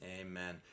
Amen